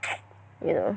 you know